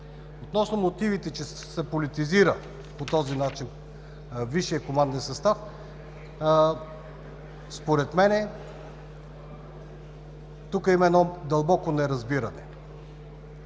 Относно мотивите, че се политизира по този начин висшият команден състав, според мен тук има едно дълбоко неразбиране.